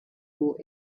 more